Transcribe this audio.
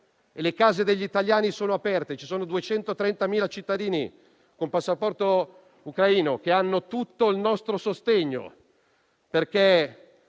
e le case degli italiani sono aperte: ci sono 230.000 cittadini con passaporto ucraino che hanno tutto il nostro sostegno, perché